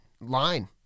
line